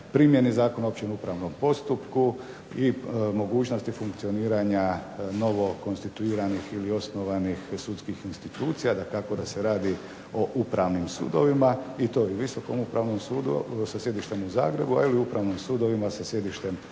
primjeni Zakona o općem upravnom postupku, i mogućnosti funkcioniranja novokonstituiranih ili osnovanih sudskih institucija, dakako da se radi o upravnim sudovima, i to i Visokom upravnom sudu sa sjedištem u Zagrebu, ali i upravnim sudovima sa sjedištem